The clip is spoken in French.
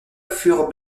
furent